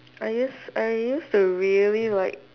I use I used to really like